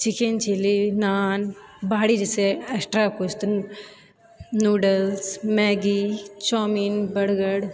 chicken chilli naan बाहरी जैसे extra कुछ नूडल्स मैगी चाउमिन बर्गर